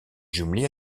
jumelée